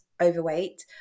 overweight